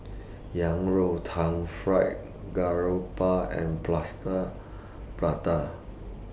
Yang Rou Tang Fried Garoupa and Plaster Prata